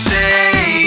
day